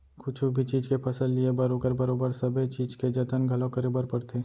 कुछु भी चीज के फसल लिये बर ओकर बरोबर सबे चीज के जतन घलौ करे बर परथे